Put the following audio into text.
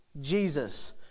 Jesus